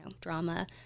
drama